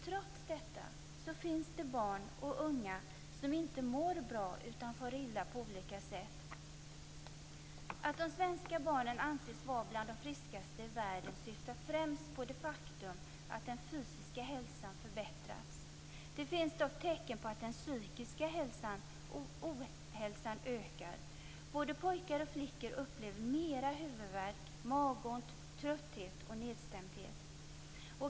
Trots detta finns det barn och unga som inte mår bra utan far illa på olika sätt. Att de svenska barnen anses vara bland de friskaste i världen åsyftar främst det faktum att den fysiska hälsan förbättrats. Det finns dock tecken på att den psykiska ohälsan ökar. Både pojkar och flickor upplever mera huvudvärk, magont, trötthet och nedstämdhet.